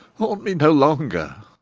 haunt me no longer!